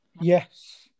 Yes